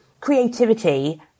creativity